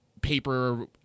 paper